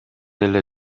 эле